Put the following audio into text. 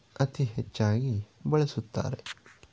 ಅತಿ ಹೆಚ್ಚಾಗಿ ಬಳಸುತ್ತಾರೆ